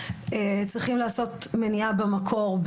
צריכים לעשות מניעה במקור,